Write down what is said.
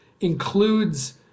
includes